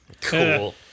Cool